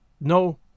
No